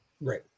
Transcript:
right